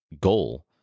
goal